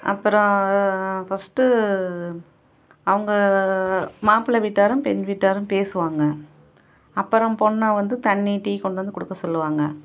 அப்புறோம் ஃபஸ்ட்டு அவங்க மாப்பிள வீட்டாரும் பெண் வீட்டாரும் பேசுவாங்க அப்புறம் பொண்ணை வந்து தண்ணி டீ கொண்டு வந்து கொடுக்க சொல்லுவாங்க